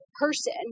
person